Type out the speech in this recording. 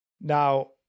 Now